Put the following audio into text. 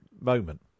moment